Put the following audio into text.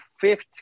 fifth